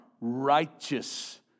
righteous